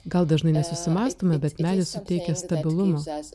gal dažnai nesusimąstome bet medis suteikia stabilumo